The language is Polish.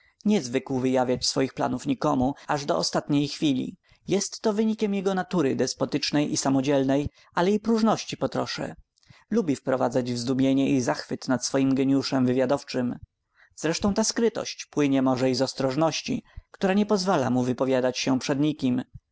zwykł wyjawiać swoich planów nikomu aż do ostatniej chwili jest to wynikiem jego natury despotycznej i samodzielnej ale i próżności potrosze lubi wprowadzać w zdumienie i zachwyt nad swym geniuszem wywiadowczym zresztą ta skrytość płynie może i z ostrożności która nie pozwala mu wypowiadać się przed nikim